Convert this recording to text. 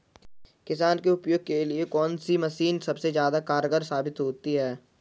किसान के उपयोग के लिए कौन सी मशीन सबसे ज्यादा कारगर साबित होती है?